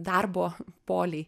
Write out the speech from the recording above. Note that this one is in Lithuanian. darbo poliai